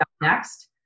next